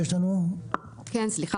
שלום,